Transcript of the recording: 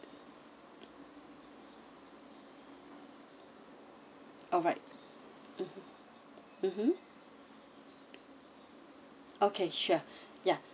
alright mmhmm okay sure ya